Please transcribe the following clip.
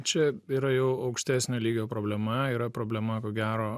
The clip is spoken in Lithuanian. čia yra jau aukštesnio lygio problema yra problema ko gero